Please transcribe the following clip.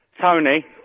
Tony